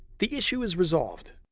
the issue is resolved.